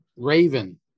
Raven